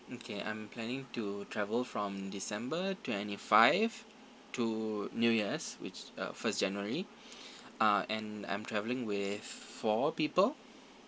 okay I'm planning to travel from december twenty five to new years which uh first january uh and I'm travelling with four people